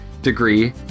degree